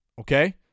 Okay